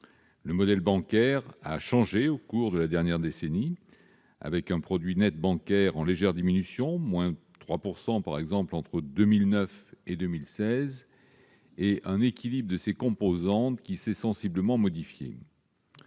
Le modèle bancaire a changé au cours de la dernière décennie, avec un produit net bancaire en légère diminution de 3 % entre 2009 et 2016 et un équilibre de ses composantes qui s'est sensiblement modifié.